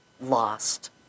lost